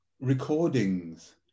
recordings